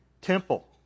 temple